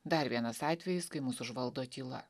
dar vienas atvejis kai mus užvaldo tyla